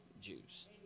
Jews